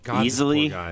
Easily